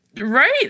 right